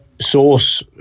source